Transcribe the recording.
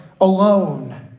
alone